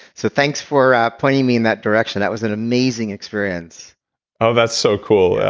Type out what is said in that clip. so thanks for pointing me in that direction. that was an amazing experience oh, that's so cool.